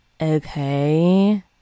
okay